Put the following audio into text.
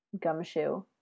gumshoe